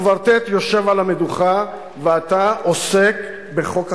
הקוורטט יושב על המדוכה, ואתה עוסק בחוק החרם.